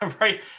right